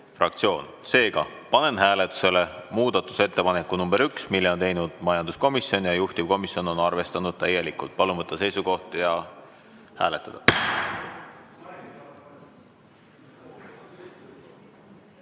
fraktsioon. Seega panen hääletusele muudatusettepaneku nr 1, mille on teinud majanduskomisjon ja mida juhtivkomisjon on arvestanud täielikult. Palun võtta seisukoht ja hääletada!